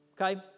Okay